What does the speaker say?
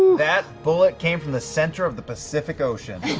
that bullet came from the center of the pacific ocean!